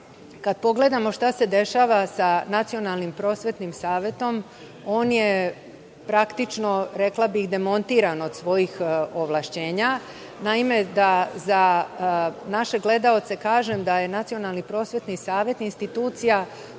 kada pogledamo šta se dešava sa Nacionalnim prosvetnim savetom, on je praktično rekla bih demontiran od svojih ovlašćenjaa. Naime, da za naše gledaoce kažem da je Nacionalni prosvetni savet institucija